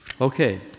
Okay